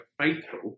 faithful